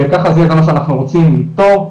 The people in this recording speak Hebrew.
וככה זה כמה שאנחנו רוצים שזה טוב,